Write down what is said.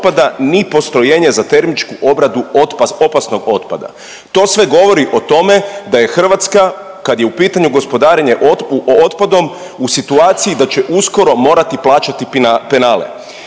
ni postrojenje za termičku obradu opasnog otpada. To sve govori o tome da je Hrvatska kad je u pitanju gospodarenje otpadom u situaciji da će uskoro morati plaćati penale.